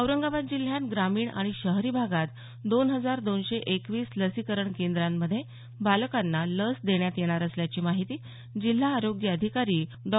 औरंगाबाद जिल्ह्यात ग्रामीण आणि शहरी भागात दोन हजार दोनशे एकवीस लसीकरण केंद्रांमध्ये बालकांना लस देण्यात येणार असल्याची माहिती जिल्हा आरोग्य अधिकारी डॉ